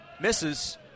Misses